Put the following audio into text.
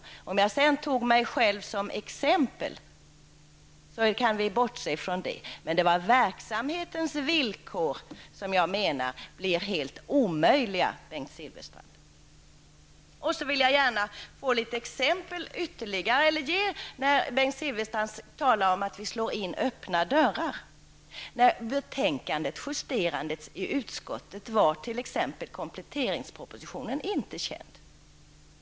Att jag tog mig själv som exempel kan vi bortse ifrån. Vad jag menade är att villkoren för verksamheten blir helt omöjliga, Bengt Silfverstrand talade om att vi slår in öppna dörrar. När betänkandet justerades i utskottet var t.ex. kompletteringspropositionen inte känd.